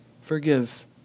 forgive